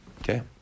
Okay